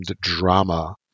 drama